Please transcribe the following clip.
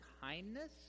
kindness